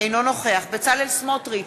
אינו נוכח בצלאל סמוטריץ,